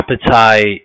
appetite